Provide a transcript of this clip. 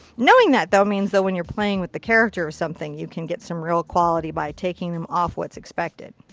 knowing that though means that when you're playing with the character or something, you can get some real quality by taking them off what's expected.